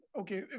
okay